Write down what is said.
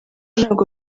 ntabwo